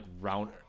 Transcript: round –